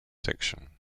section